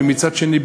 ומצד שני,